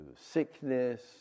sickness